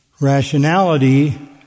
rationality